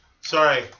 Sorry